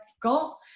got